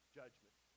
judgment